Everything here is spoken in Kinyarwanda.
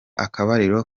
akabariro